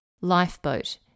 Lifeboat